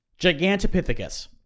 Gigantopithecus